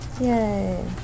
yay